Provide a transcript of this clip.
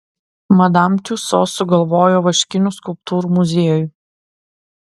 madam tiuso sugalvojo vaškinių skulptūrų muziejų